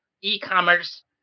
e-commerce